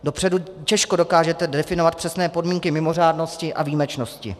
Dopředu těžko dokážete definovat přesné podmínky mimořádnosti a výjimečnosti.